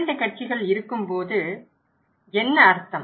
இரண்டு கட்சிகள் இருக்கும்போது என்ன அர்த்தம்